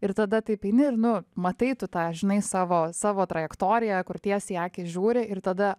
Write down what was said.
ir tada taip eini ir nu matai tu tą žinai savo savo trajektoriją kur tiesiai akys žiūri ir tada